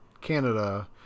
Canada